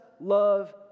love